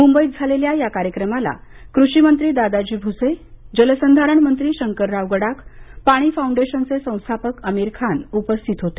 मुंबईत झालेल्या या कार्यक्रमाला क्रषीमंत्री दादाजी भ्से जलसंधारणमंत्री शंकरराव गडाख पाणी फाउंडेशनचे संस्थापक आमीर खान उपस्थित होते